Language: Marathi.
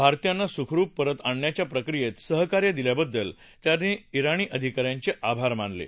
भारतीयांना सुखरुप परत आणण्याच्या प्रक्रियेत सहकार्य दिल्याबद्दल त्यांनी रोणी अधिका यांचे आभार मानले आहेत